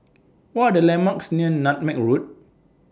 What Are The landmarks near Nutmeg Road